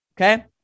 Okay